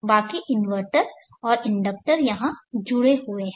बाकी इन्वर्टर और इंडक्टर यहां जुड़े हुए हैं